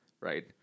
right